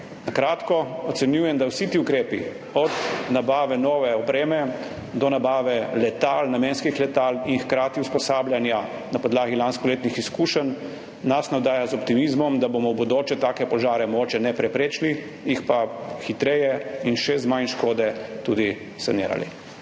Na kratko ocenjujem, da nas vsi ti ukrepi, od nabave nove opreme do nabave namenskih letal in hkrati usposabljanja na podlagi lanskoletnih izkušenj, navdajajo z optimizmom, da bomo v bodoče take požare mogoče ne preprečili, jih pa hitreje in še z manj škode tudi sanirali.